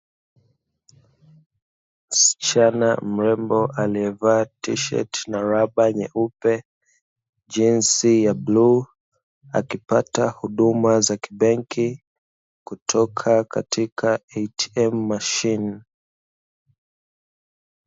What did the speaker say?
Msichana mrembo aliyevaa tisheti na raba nyeupe, jinsi ya bluu akipata huduma za kibenki kutoka katika "ATM" mashine.